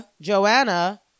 Joanna